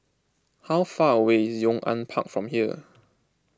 how far away is Yong An Park from here